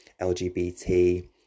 LGBT